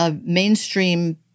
mainstream